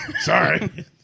Sorry